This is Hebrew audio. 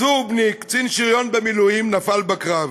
צור בני, קצין שריון במילואים, נפל בקרב.